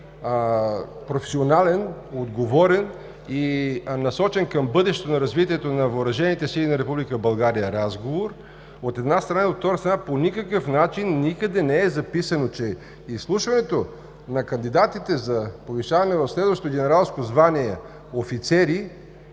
професионален, отговорен и насочен към бъдещото развитие на Въоръжените сили на Република България разговор, от една страна, и, от втора страна, по никакъв начин никъде не е записано, че изслушването на кандидатите за повишаване в следващо генералско звание офицери